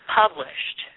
published